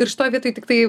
ir šitoj vietoj tiktai